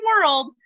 world